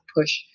push